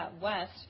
West